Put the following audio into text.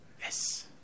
Yes